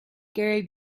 gary